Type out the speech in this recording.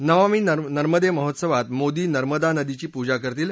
नमामी नर्मदे महोत्सवात मोदी नर्मदा नदीची पूजा करतील